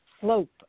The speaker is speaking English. slope